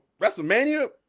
WrestleMania